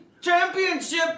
championship